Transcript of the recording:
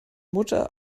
mutter